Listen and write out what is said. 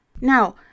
Now